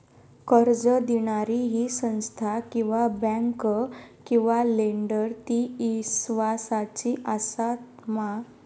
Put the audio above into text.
कर्ज दिणारी ही संस्था किवा बँक किवा लेंडर ती इस्वासाची आसा मा?